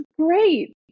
great